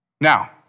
Now